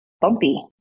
bumpy